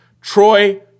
Troy